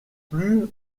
plus